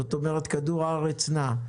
זאת אומרת, כדור הארץ נע.